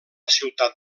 ciutat